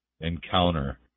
encounter